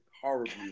horribly